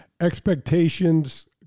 expectations